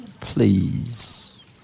Please